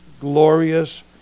glorious